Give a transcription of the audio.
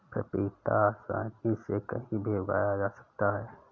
पपीता आसानी से कहीं भी उगाया जा सकता है